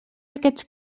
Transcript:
aquests